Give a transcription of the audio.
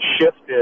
shifted